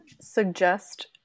suggest